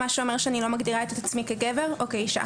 מה שאומר שאני לא מגדירה את עצמי כגבר או כאישה.